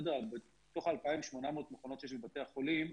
מתוך ה-2,800 מכונות שיש בבתי החולים,